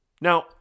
Now